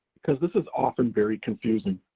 cause this is often very confusing.